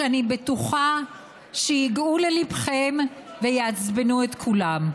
שאני בטוחה שייגעו לליבכם ויעצבנו את כולם.